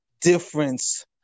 difference –